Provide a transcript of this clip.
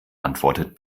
antwortet